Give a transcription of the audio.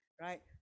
right